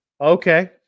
Okay